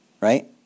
right